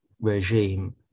regime